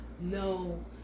no